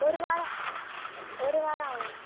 ஒரு வாரம் ஒரு வாரம் ஆகும்